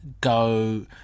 go